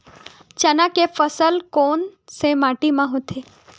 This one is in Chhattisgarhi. चना के फसल कोन से माटी मा होथे?